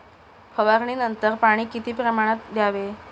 फवारणीनंतर पाणी किती प्रमाणात द्यावे?